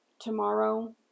tomorrow